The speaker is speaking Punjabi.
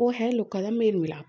ਉਹ ਹੈ ਲੋਕਾਂ ਦਾ ਮੇਲ ਮਿਲਾਪ